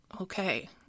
Okay